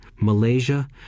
malaysia